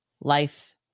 life